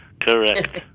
Correct